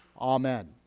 Amen